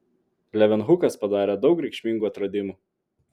levenhukas padarė daug reikšmingų atradimų